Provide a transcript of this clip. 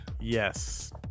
Yes